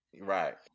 Right